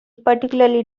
particularly